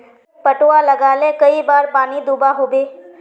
पटवा लगाले कई बार पानी दुबा होबे?